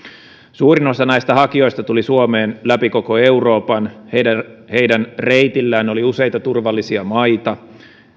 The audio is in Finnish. suurin osa näistä hakijoista tuli suomeen läpi koko euroopan heidän heidän reitillään oli useita turvallisia maita